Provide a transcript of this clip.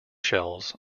shells